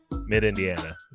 Mid-Indiana